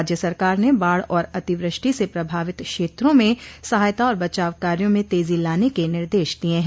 राज्य सरकार ने बाढ़ और अतिवृष्टि से प्रभावित क्षेत्रों में सहायता और बचाव कार्यो में तेजी लाने के निर्देश दिये हैं